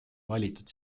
valitud